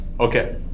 Okay